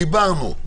דיברנו,